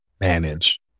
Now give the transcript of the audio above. manage